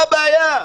מה הבעיה?